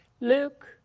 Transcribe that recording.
Luke